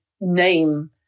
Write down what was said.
name